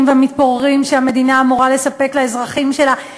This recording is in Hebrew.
והמתפוררים שהמדינה אמורה לספק לאזרחים שלה.